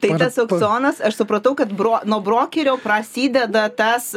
tai tas aukcionas aš supratau kad bro nuo brokerio prasideda tas